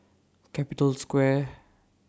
Capital Square